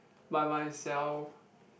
by myself